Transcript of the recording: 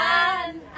one